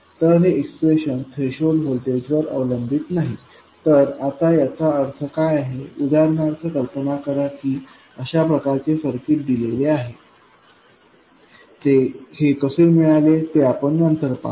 तर हे expression threshold voltage वर अवलंबित नाही तर आता त्याचा अर्थ काय आहे उदाहरणार्थ कल्पना करा की अशा प्रकारचे सर्किट दिलेले आहे हे कसे मिळाले ते आपण नंतर पाहू